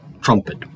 trumpet